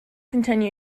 continue